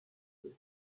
the